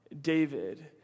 David